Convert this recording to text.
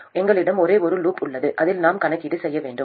எங்களிடம் ஒரே ஒரு லூப் உள்ளது அதில் நாம் கணக்கீடு செய்ய வேண்டும்